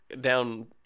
down